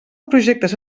projectes